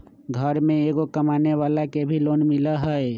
घर में एगो कमानेवाला के भी लोन मिलहई?